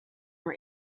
her